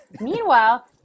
Meanwhile